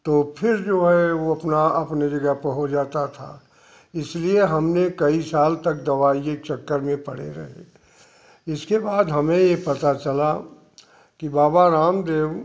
तो फिर जो हैं वो अपना अपने जगह पहुंच जाता था इसलिए हमने कई साल तक दवाइए के चक्कर में पड़े रहे इसके बाद हमें ये पता चला कि बाबा रामदेव